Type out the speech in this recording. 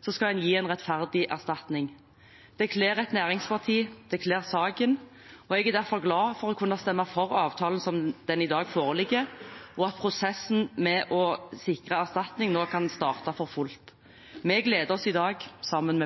så skal en gi en rettferdig erstatning. Det kler et næringsparti. Det kler saken. Jeg er derfor glad for å kunne stemme for avtalen som den i dag foreligger, og at prosessen med å sikre erstatning nå kan starte for fullt. Vi gleder oss i dag sammen